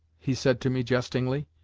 he said to me jestingly.